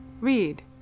read